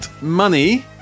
Money